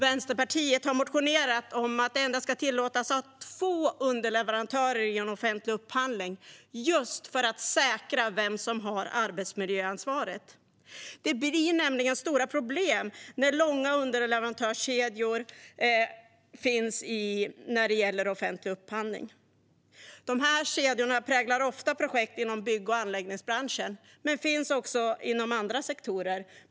Vänsterpartiet har motionerat om att man endast ska tillåtas ha två underleverantörer i en offentlig upphandling just för att säkra vem som har arbetsmiljöansvaret. Det blir nämligen stora problem när det är långa underleverantörskedjor när det gäller offentlig upphandling. Dessa kedjor präglar ofta projekt inom bygg och anläggningsbranschen men finns också inom andra sektorer.